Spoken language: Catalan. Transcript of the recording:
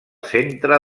centre